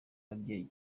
ababyeyi